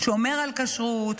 שומר על כשרות,